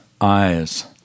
eyes